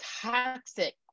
toxic